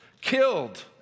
killed